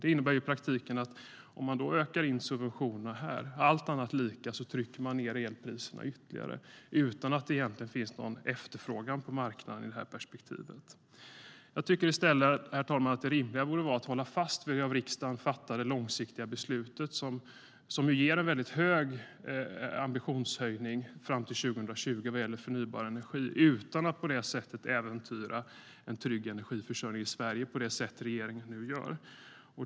Det innebär i praktiken att om man ökar subventionerna, allt annat lika, trycker man ned elpriserna ytterligare utan att det egentligen finns någon efterfrågan på marknaden i det perspektivet. Herr talman! Det rimliga borde i stället vara att hålla fast vid det av riksdagen fattade långsiktiga beslutet som ger en väldigt hög ambitionshöjning fram till 2020 vad gäller förnybar energi utan att äventyra en trygg energiförsörjning i Sverige på det sätt som regeringen nu gör.